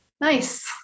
Nice